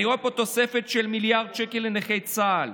אני רואה פה תוספת של מיליארד שקל לנכי צה"ל,